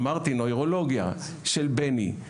אמרתי ניאורולוגיה של בני.